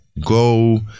Go